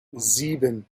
sieben